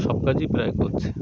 সবকাজই প্রায় করছে